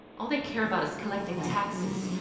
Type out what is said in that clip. all they care about is collecting taxes,